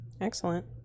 Excellent